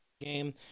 game